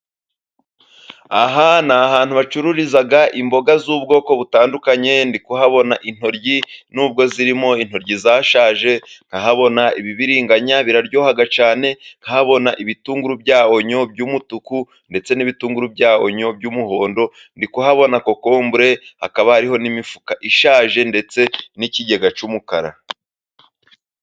Aha ni ahantu bacururiza imboga z'ubwoko butandukanye ndi kuhabona intoryi n'ubwo zirimo intoryi zashaje nkahabona ibibiriganya biraryoha cyane nkahabona ibitunguru bya onyo by'umutuku ndetse n'ibitunguru bya onyo by'umuhondo ndi kuhabona kokombure hakaba hariho n'imifuka ishaje ndetse n'ikigega cy'umukara.